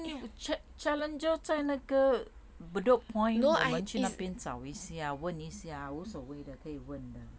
then you check challenger 在那个 bedok point 我们去哪一边找一下问一下无所谓的可以问的